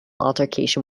altercation